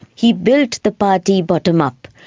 he built the party bottom up,